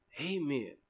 Amen